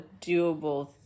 doable